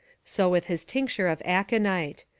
so with his tincture of aconite.